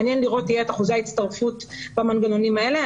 מעניין יהיה לראות את אחוזי ההצטרפות במנגנונים האלה.